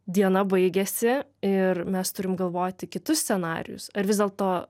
diena baigiasi ir mes turim galvoti kitus scenarijus ar vis dėlto